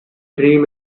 dream